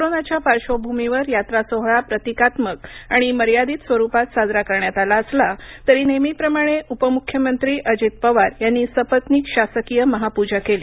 कोरोनाच्या पार्श्वभूमीवर यात्रा सोहळा प्रतिकात्मक आणि मर्यादित स्वरूपात साजरा करण्यात आला असला तरी नेहमीं प्रमाणे उपमुख्यमंत्री अजित पवार यांनी सपत्नीक शासकीय महापूजा केली